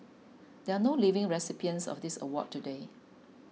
there are no living recipients of this award today